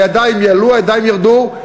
הידיים יעלו, הידיים ירדו.